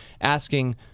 asking